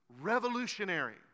Revolutionary